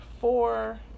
four